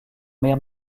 mer